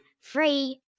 Free